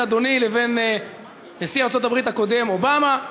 אדוני לבין נשיא ארצות-הברית הקודם אובמה,